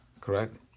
Correct